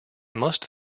must